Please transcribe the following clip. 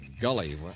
gully